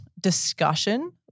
discussion